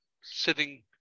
sitting